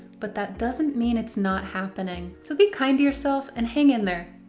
but that doesn't mean it's not happening. so be kind to yourself and hang in there.